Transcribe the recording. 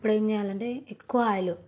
అప్పుడు ఏం చేయాలంటే ఎక్కువ ఆయిల్